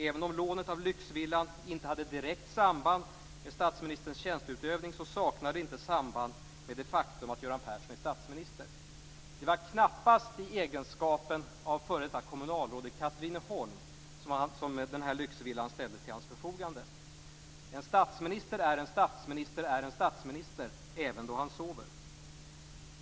Även om lånet av lyxvillan inte hade direkt samband med statsministerns tjänsteutövning, så saknar det inte samband med det faktum att Göran Persson är statsminister. Det var knappast i rollen som före detta kommunalråd i Katrineholm som lyxvillan ställdes till hans förfogande. En statsminister är en statsminister, även då han sover.